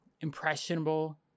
impressionable